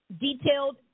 detailed